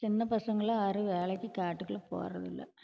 சின்ன பசங்களெல்லாம் யாரும் வேலைக்கு காட்டுக்குள்ளே போகிறதில்ல